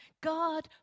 God